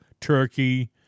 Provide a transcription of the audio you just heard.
Turkey